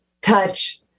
touch